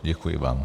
Děkuji vám.